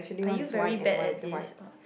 are you very bad at this